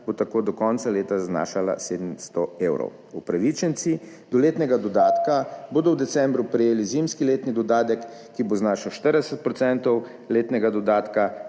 bo tako do konca leta znašala 700 evrov. Upravičenci do letnega dodatka bodo v decembru prejeli zimski letni dodatek, ki bo znašal 40 % letnega dodatka.